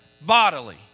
bodily